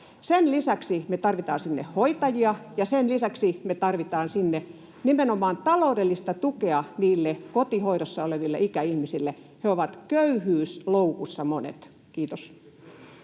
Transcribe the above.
Sen lisäksi me tarvitaan sinne hoitajia, ja sen lisäksi me tarvitaan nimenomaan taloudellista tukea sinne niille kotihoidossa oleville ikäihmisille. Monet heistä ovat köyhyysloukussa. — Kiitos.